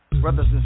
Brothers